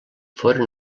foren